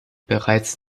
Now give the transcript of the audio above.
bereits